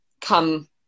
come